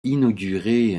inaugurée